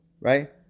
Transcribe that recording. Right